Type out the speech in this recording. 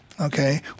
okay